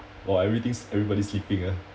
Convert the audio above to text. !wah! everything's everybody's sleeping ah